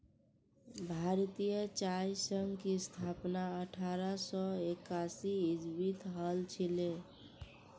भारतीय चाय संघ की स्थापना अठारह सौ एकासी ईसवीत हल छिले